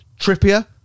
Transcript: Trippier